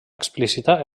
explícita